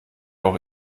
auch